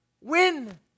Win